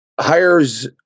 hires